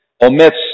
omits